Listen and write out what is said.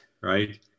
right